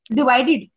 divided